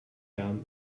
down